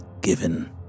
given